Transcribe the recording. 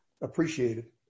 appreciated